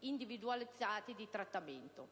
individualizzati di trattamento;